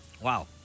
Wow